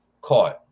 caught